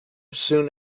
soon